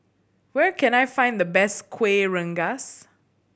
where can I find the best Kuih Rengas